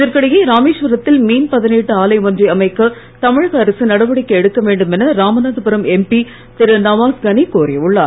இதற்கிடையே ராமேஸ்வரத்தில் மீன் பதனீட்டு ஆலை ஒன்றை அமைக்க தமிழக அரசு நடவடிக்கை எடுக்க வேண்டும் என ராமனாதபுரம் எம்பி திரு நவாஸ் கனி கோரி உள்ளார்